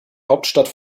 hauptstadt